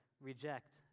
reject